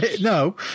No